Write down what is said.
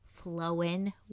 flowing